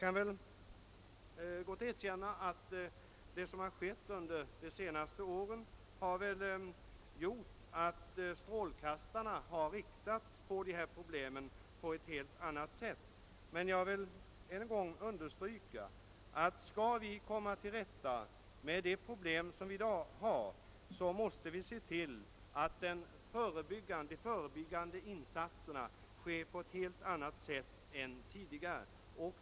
Det som skett under de senaste åren har medfört att strålkastarna har riktats på detta problem, men jag vill än en gång understryka att om vi skall komma till rätta med de problem som vi i dag har måste vi se till att de förebyggande insatserna görs på ett helt annat sätt än tidigare.